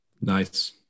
Nice